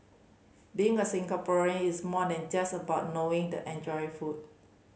being a Singaporean is more than just about knowing the enjoying food